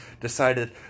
decided